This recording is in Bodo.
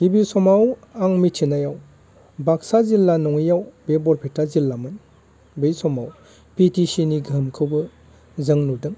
गिबि समाव आं मिथिनायाव बाक्सा जिल्ला नङैयाव बे बरपेटा जिल्लामोन बै समाव पिटिसिनि गोहोमखौबो जों नुदों